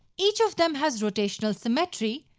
each of them has rotational symmetry,